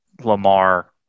Lamar